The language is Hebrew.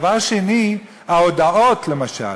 דבר שני, את ההודעות, למשל